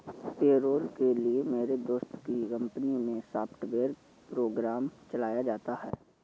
payroll के लिए मेरे दोस्त की कंपनी मै सॉफ्टवेयर प्रोग्राम चलाया जाता है